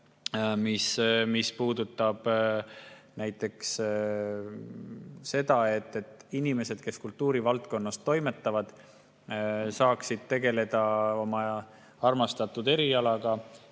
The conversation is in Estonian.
mis puudutab näiteks seda, et inimesed, kes kultuurivaldkonnas toimetavad, saaksid tegeleda oma armastatud erialaga